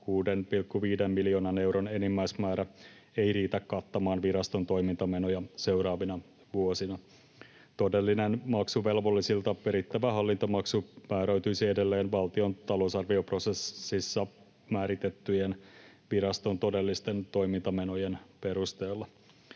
6,5 miljoonan euron enimmäismäärä ei riitä kattamaan viraston toimintamenoja seuraavina vuosina. Todellinen maksuvelvollisilta perittävä hallintomaksu määräytyisi edelleen valtion talousarvioprosessissa määriteltyjen viraston todellisten toimintamenojen perusteella.